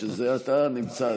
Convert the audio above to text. בשביל זה אתה נמצא,